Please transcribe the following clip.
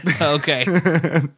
Okay